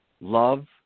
Love